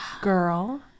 girl